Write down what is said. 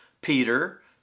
Peter